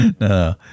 No